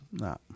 No